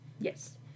Yes